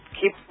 keep